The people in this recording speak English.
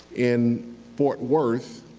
in fort worth